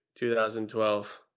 2012